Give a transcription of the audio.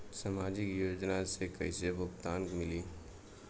सामाजिक योजना से कइसे भुगतान मिली?